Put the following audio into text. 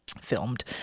filmed